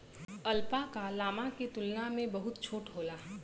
alpaca, llama के तुलना में बहुत छोट होला